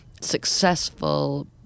successful